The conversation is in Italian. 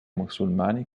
musulmani